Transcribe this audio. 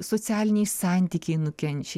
socialiniai santykiai nukenčia